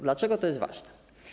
Dlaczego to jest ważne?